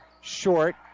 Short